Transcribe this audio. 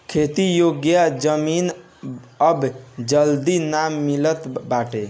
खेती योग्य जमीन अब जल्दी ना मिलत बाटे